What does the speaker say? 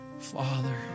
father